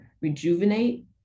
rejuvenate